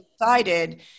decided